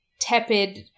tepid